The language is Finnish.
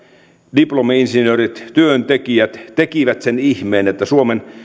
diplomi insinöörit työntekijät tekivät sen ihmeen että suomen